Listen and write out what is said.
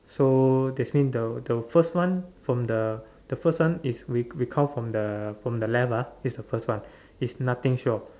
so this means the the first one from the the first one is we we come from from the left ah this is the first one is nothing short